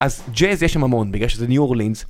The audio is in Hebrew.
אז ג'אז יש שם המון בגלל שזה ניו אורלינס